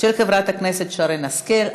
של חברת הכנסת שרן השכל.